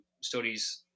studies